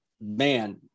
man